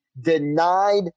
denied